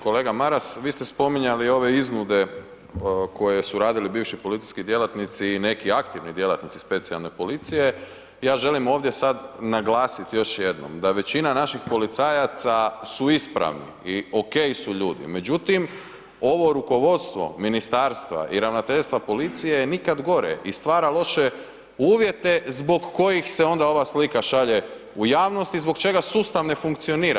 Kolega Maras, vi ste spominjali ove iznude koje su radili bivši policijski djelatnici i neki aktivni djelatnici specijalne policije, ja želim ovdje sad naglasiti još jednom da većina naših policajaca su ispravni i okej su ljudi, međutim ovo rukovodstvo ministarstva i Ravnateljstva policije je nikad gore i stvara loše uvjete zbog kojih se onda ova slika šalje u javnost i zbog čega sustav ne funkcionira.